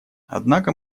однако